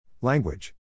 Language